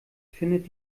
findet